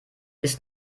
ist